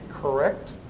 correct